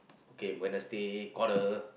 okay Wednesday quarrel